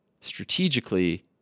strategically